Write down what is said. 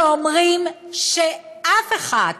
ואומרים שאף אחת